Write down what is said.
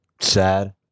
sad